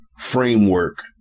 framework